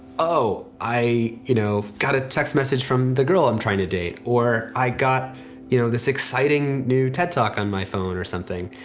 oh i you know got a text message from the girl i'm trying to date, or i got you know this exciting new ted talk on my phone, or something,